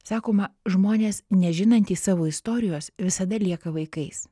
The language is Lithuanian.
sakoma žmonės nežinantys savo istorijos visada lieka vaikais